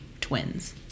twins